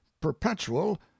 perpetual